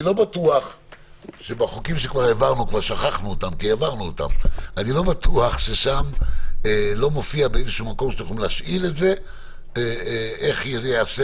אני לא בטוח שבחוקים שכבר העברנו לא מופיע באיזשהו מקום איך ייעשה